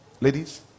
ladies